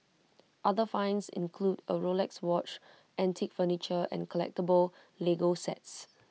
other finds include A Rolex watch antique furniture and collectable Lego sets